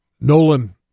Nolan